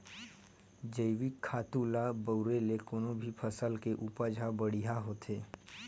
जइविक खातू ल बउरे ले कोनो भी फसल के उपज ह बड़िहा होथे